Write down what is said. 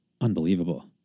Unbelievable